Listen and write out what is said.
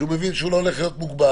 ש הוא מבין שהוא לא הולך להיות מוגבל.